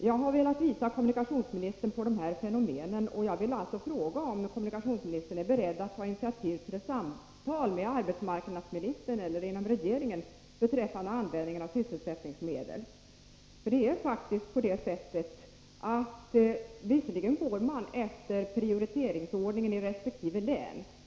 Jag har velat göra kommunikationsministern uppmärksam på de här fenomenen, och jag vill fråga om kommunikationsministern är beredd att ta initiativ till samtal med arbetsmarknadsministern — eller inom regeringen — beträffande användningen av sysselsättningsmedel. Visserligen går man efter prioriteringsordningen i resp. län.